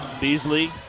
Beasley